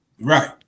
Right